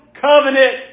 covenant